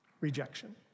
Rejection